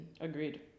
Agreed